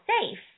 safe